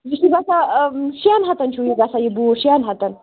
یہِ چھُ گَژھان شٮ۪ن ہَتَن چھُ یہِ گَژھان یہِ بوٗٹھ شٮ۪ن ہَتَن